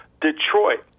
Detroit